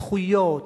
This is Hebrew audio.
זכויות,